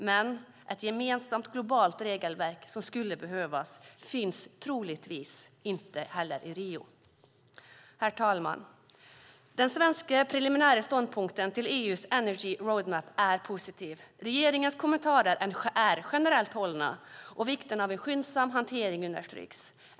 Men ett gemensamt globalt regelverk som skulle behövas finns troligtvis inte heller i Rio. Herr talman! Den svenska preliminära ståndpunkten till EU:s Energy Roadmap är positiv. Regeringens kommentarer är generellt hållna, och vikten av en skyndsam hantering understryks.